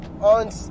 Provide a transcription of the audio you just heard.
On